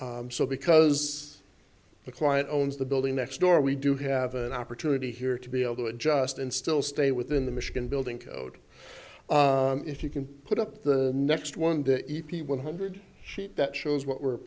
so because the client owns the building next door we do have an opportunity here to be able to adjust and still stay within the michigan building code if you can put up the next one to e p one hundred sheep that shows what were